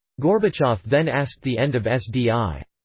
gorbachev then asked the end of sdi.